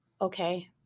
Okay